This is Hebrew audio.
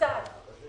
שתי מילים לפני הדיון.